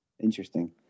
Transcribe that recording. Interesting